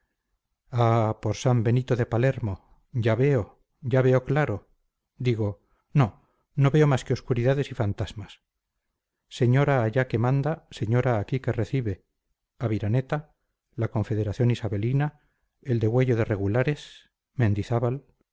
por san benito de palermo ya veo ya veo claro digo no no veo más que obscuridades y fantasmas señora allá que manda señora aquí que recibe aviraneta la confederación isabelina el degüello de regulares mendizábal